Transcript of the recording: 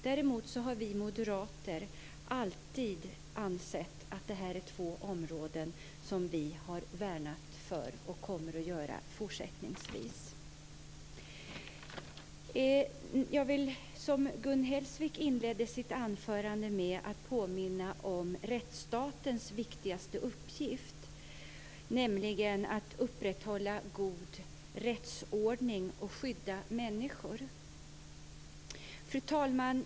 Däremot är det två områden som vi moderater alltid har värnat om och kommer att värna om fortsättningsvis. Jag vill, som Gun Hellsvik inledde sitt anförande med, påminna om rättsstatens viktigaste uppgift, nämligen att upprätthålla god rättsordning och skydda människor. Fru talman!